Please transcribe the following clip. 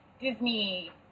Disney